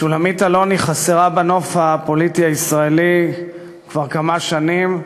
שולמית אלוני חסרה בנוף הפוליטי הישראלי כבר כמה שנים,